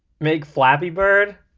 make flappy bird